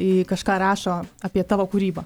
kažką rašo apie tavo kūrybą